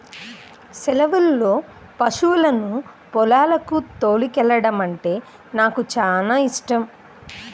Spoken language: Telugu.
సెలవుల్లో పశువులను పొలాలకు తోలుకెల్లడమంటే నాకు చానా యిష్టం